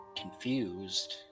confused